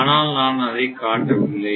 ஆனால் நான் அதை காட்ட வில்லை